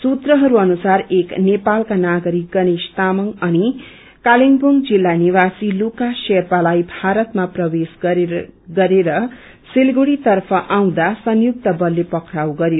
सूत्रहरू अनुसार एक नेपालका नागरिक गणेश तामाङ अनि कालेबुङ जित्ला निवासी लुक्र शेर्पालाई भारतमा प्रवेश गरेर सिलगढीतर्फ आउँदा संयुक्त बतले पक्राउ गरयो